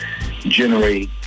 generate